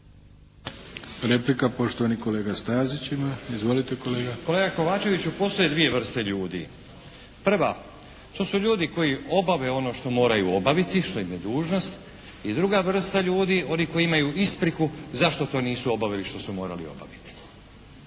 Replika, poštovani kolega Stazić ima. Izvolite kolega. **Stazić, Nenad (SDP)** Kolega Kovačeviću postoje dvije vrste ljudi. Prva, to su ljudi koji obave ono što moraju obaviti, što im je dužnost. I druga vrsta ljudi oni koji imaj ispriku zašto to nisu obavili što su morali obaviti.